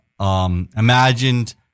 Imagined